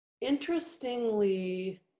interestingly